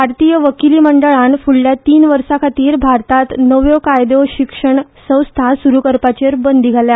भारतीय वकीली मंडळान फुडल्या तीन वर्साखातीर भारतात नव्यो कायदो शिक्षण संस्था सुरू करपाचेर बंदी घाल्ल्या